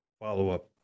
follow-up